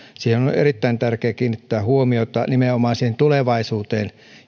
siihen on erittäin tärkeä kiinnittää huomiota nimenomaan siihen tulevaisuuteen